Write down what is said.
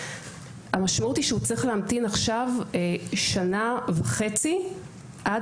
המשמעות היא שהוא צריך להמתין שנה וחצי עד